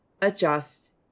adjust